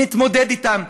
נתמודד אתם,